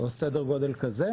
או סדר גודל כזה,